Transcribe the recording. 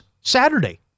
Saturday